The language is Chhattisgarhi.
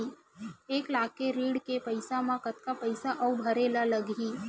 एक लाख के ऋण के पईसा म कतका पईसा आऊ भरे ला लगही?